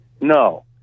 No